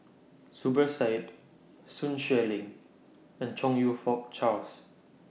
Zubir Said Sun Xueling and Chong YOU Fook Charles